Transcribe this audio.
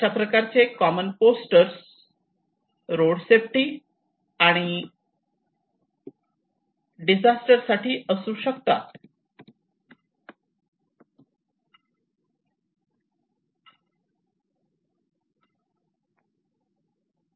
अशा प्रकारचे common poster road safety आणि डिझास्टर साठी असू शकतात